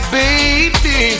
baby